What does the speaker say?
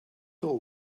all